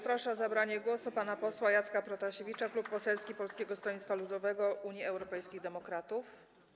Proszę o zabranie głosu pana posła Jacka Protasiewicza, Klub Poselski Polskiego Stronnictwa Ludowego - Unii Europejskich Demokratów.